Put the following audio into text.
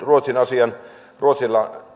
asian suomellehan